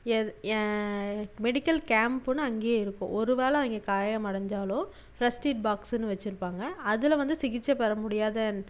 medical கேம்ப்புனு அங்கே இருக்கும் ஒருவேளை அவங்க காயம் அடைஞ்சாலோ ஃபஸ்ட் எயிட் பாக்ஸுனு வச்சுருப்பாங்க அதில் வந்து சிகிச்சை பெற முடியாத